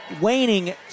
waning